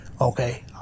okay